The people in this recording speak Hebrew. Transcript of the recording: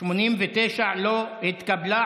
הסתייגות 89 לא התקבלה.